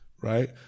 right